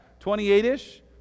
28-ish